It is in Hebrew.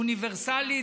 אוניברסלית,